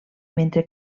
mentre